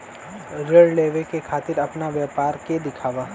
ऋण लेवे के खातिर अपना व्यापार के दिखावा?